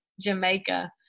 Jamaica